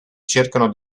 cercano